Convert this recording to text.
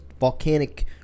volcanic